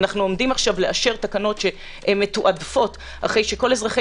אנחנו עומדים עכשיו לאשר תקנות מתועדפות אחרי שכל אזרחי